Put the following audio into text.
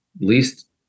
least